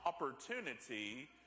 opportunity